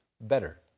better